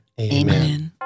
Amen